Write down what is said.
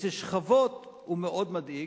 אצל שכבות, הוא מאוד מדאיג.